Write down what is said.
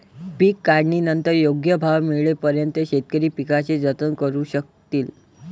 पीक काढणीनंतर योग्य भाव मिळेपर्यंत शेतकरी पिकाचे जतन करू शकतील